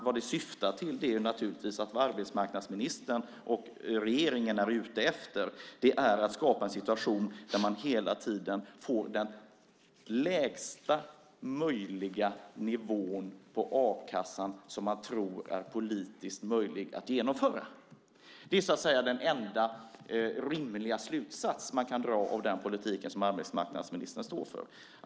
Vad den syftar till och vad arbetsmarknadsministern och regeringen är ute efter är att skapa en situation där man hela tiden får den lägsta möjliga nivå på a-kassan som man tror är politiskt möjlig att genomföra. Det är den enda rimliga slutsats man kan dra av den politik som arbetsmarknadsministern står för.